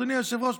אדוני היושב-ראש,